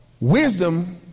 Wisdom